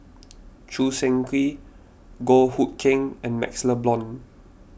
Choo Seng Quee Goh Hood Keng and MaxLe Blond